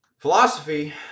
Philosophy